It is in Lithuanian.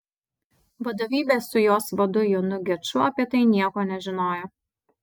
vadovybė su jos vadu jonu geču apie tai nieko nežinojo